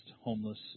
homeless